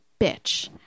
bitch